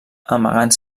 amagant